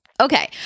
Okay